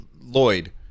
lloyd